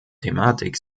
thematik